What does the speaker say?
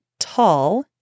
tall